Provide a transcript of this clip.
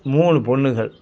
மூணு பொண்ணுகள்